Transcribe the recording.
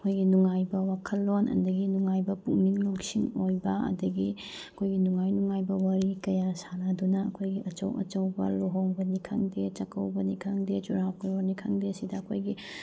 ꯑꯩꯈꯣꯏꯒꯤ ꯅꯨꯡꯉꯥꯏꯕ ꯋꯥꯈꯜꯂꯣꯟ ꯑꯗꯒꯤ ꯅꯨꯡꯉꯥꯏꯕ ꯄꯨꯛꯅꯤꯡ ꯂꯧꯁꯤꯡ ꯑꯣꯏꯕ ꯑꯗꯒꯤ ꯑꯩꯈꯣꯏꯒꯤ ꯅꯨꯡꯉꯥꯏ ꯅꯨꯡꯉꯥꯏꯕ ꯋꯥꯔꯤ ꯀꯌꯥ ꯁꯥꯟꯅꯗꯨꯅ ꯑꯩꯈꯣꯏꯒꯤ ꯑꯆꯧ ꯑꯆꯧꯕ ꯂꯨꯍꯣꯡꯕꯅꯤ ꯈꯪꯗꯦ ꯆꯥꯛꯀꯧꯕꯅꯤ ꯈꯪꯗꯦ ꯆꯨꯔꯥꯀꯣꯔꯣꯟꯅꯤ ꯈꯪꯗꯦ ꯁꯤꯗ ꯑꯩꯈꯣꯏꯒꯤ